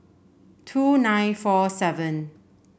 two nine four seven